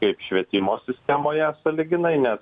kaip švietimo sistemoje sąlyginai nes